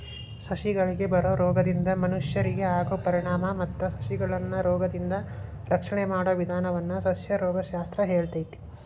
ಸಸಿಗಳಿಗೆ ಬರೋ ರೋಗದಿಂದ ಮನಷ್ಯರಿಗೆ ಆಗೋ ಪರಿಣಾಮ ಮತ್ತ ಸಸಿಗಳನ್ನರೋಗದಿಂದ ರಕ್ಷಣೆ ಮಾಡೋ ವಿದಾನವನ್ನ ಸಸ್ಯರೋಗ ಶಾಸ್ತ್ರ ಹೇಳ್ತೇತಿ